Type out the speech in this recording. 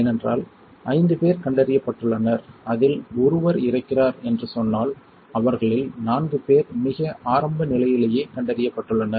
ஏனென்றால் 5 பேர் கண்டறியப்பட்டுள்ளனர் அதில் ஒருவர் இறக்கிறார் என்று சொன்னால் அவர்களில் 4 பேர் மிக ஆரம்ப நிலையிலேயே கண்டறியப்பட்டுள்ளனர்